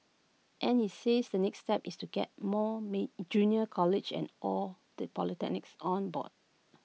and he says the next step is to get more may junior colleges and all the polytechnics on board